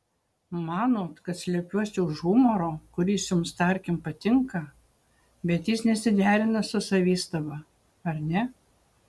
manot kad slepiuosi už humoro kuris jums tarkim patinka bet jis nesiderina su savistaba ar ne